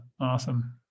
Awesome